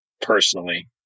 personally